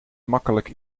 makkelijk